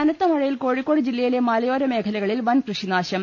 കനത്തമഴയിൽ കോഴിക്കോട് ജില്ലയിലെ മലയോരമേഖലക ളിൽ വൻ കൃഷിനാശം